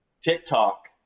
TikTok